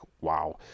wow